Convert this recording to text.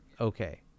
Okay